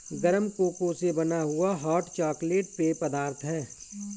गरम कोको से बना हुआ हॉट चॉकलेट पेय पदार्थ है